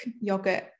yogurt